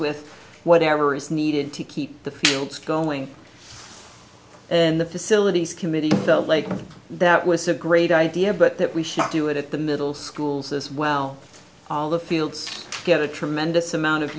with whatever is needed to keep the fields going and the facilities committee that was a great idea but that we should do it at the middle schools as well all the fields get a tremendous amount of